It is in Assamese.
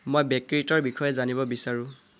মই ব্ৰেক্ৰিটৰ বিষয়ে জানিব বিচাৰোঁ